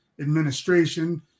administration